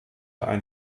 ein